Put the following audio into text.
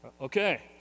Okay